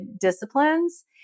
disciplines